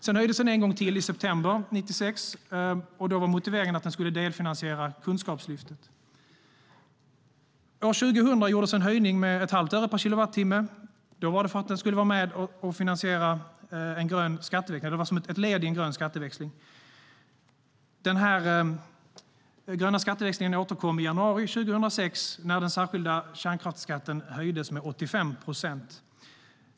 Sedan höjdes den en gång till i september 1996. Då var motiveringen att den skulle delfinansiera Kunskapslyftet. År 2000 gjordes en höjning med ett halvt öre per kilowattimme. Det gjordes som ett led i en grön skatteväxling. Den gröna skatteväxlingen återkom i januari 2006 när den särskilda kärnkraftsskatten höjdes med 85 procent.